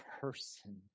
person